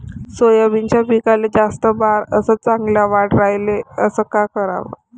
सोयाबीनच्या पिकाले जास्त बार अस चांगल्या वाढ यायले का कराव?